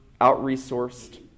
out-resourced